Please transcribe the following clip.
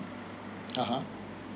a'ah